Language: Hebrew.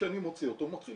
כשאני מוציא אותו הוא מתחיל